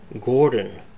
Gordon